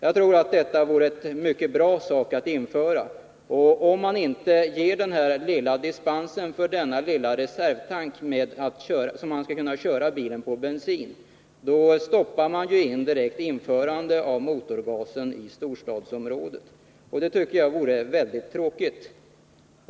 Jag tror att detta vore en mycket bra åtgärd. Men om man inte ger dispens när det gäller denna lilla reservtank som möjliggör att man kan köra bilen på bensin, då stoppar man ju indirekt införandet av motorgasdrift i storstadsområdet, och det tycker jag vore mycket beklagligt.